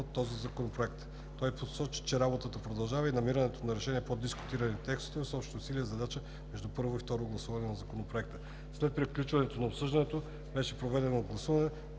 законопроект. Той посочи, че работата продължава и намирането на решения по дискутираните текстове с общи усилия е задача между първо и второ гласуване на Законопроекта. След приключването на обсъждането беше проведено гласуване,